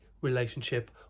relationship